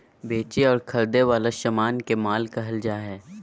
बेचे और खरीदे वला समान के माल कहल जा हइ